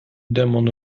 demon